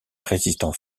résistant